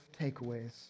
takeaways